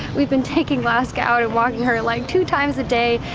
we've been taking laska out and walking her like two times a day.